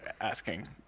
asking